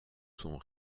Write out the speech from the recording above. son